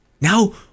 Now